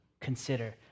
consider